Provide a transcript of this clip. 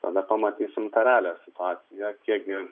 tada nepamatysim tą realią situaciją kiek gi